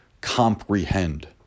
comprehend